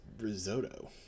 risotto